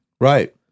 right